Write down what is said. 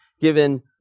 given